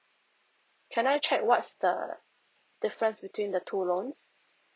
can I check what's the difference between the two loans